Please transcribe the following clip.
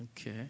okay